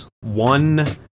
one